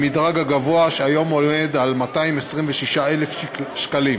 הגבוה, שהיום עומד על 226,000 שקלים.